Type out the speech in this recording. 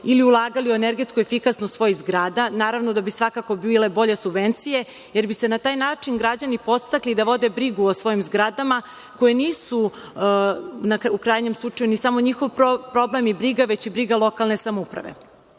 ili ulagali u energetsku efikasnost svojih zgrada. Naravno da bi svakako bile bolje subvencije, jer bi se na taj način građani podstakli da vode brigu o svojim zgradama koje nisu, u krajnjem slučaju, ni samo njihov problem i briga, već i briga lokalne samouprave. Takođe